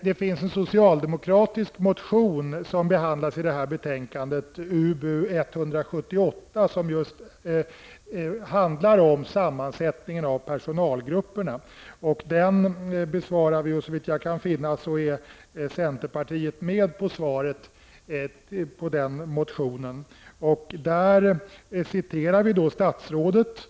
Det finns en socialdemokratisk motion som behandlas i betänkandet, Ub178, som just handlar om sammansättningen av personalgrupperna. Såvitt jag kan finna är centerpartiet med på svaret på den motionen. Utskottet framhåller vad föredragande statsrådet har sagt.